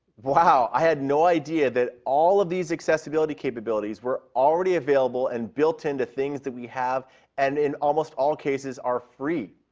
wow, i had no idea that all of these accessibility capabilities were already available and built into things that we have and in almost all cases are free.